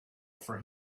for